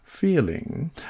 feeling